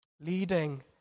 leading